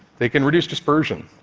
they can reduce dispersion.